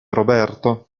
roberto